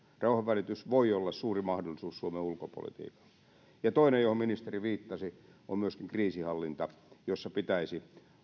rauhanvälitys voi olla suuri mahdollisuus suomen ulkopolitiikalle ja toinen johon ministeri viittasi on myöskin kriisinhallinta jossa pitäisi